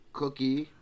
cookie